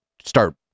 start